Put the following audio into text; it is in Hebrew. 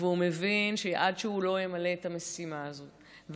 והוא מבין שעד שהוא לא ימלא את המשימה הזאת,